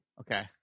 Okay